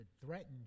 threatened